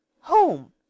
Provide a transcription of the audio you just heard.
Home